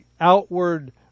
outward